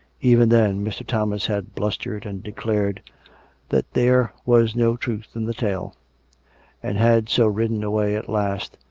even then mr. thomas had blustered and declared that there was no truth in the tale and had so ridden away at last,